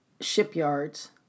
shipyards